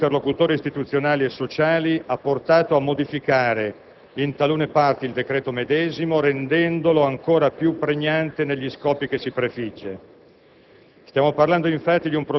il rapporto con questi interlocutori istituzionali e sociali ha portato a modificare in talune parti il decreto medesimo, rendendolo ancora più pregnante negli scopi che si prefigge.